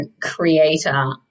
creator